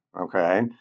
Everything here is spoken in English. okay